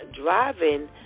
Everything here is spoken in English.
driving